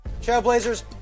Trailblazers